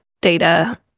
data